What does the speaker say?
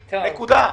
נקודה.